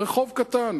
רחוב קטן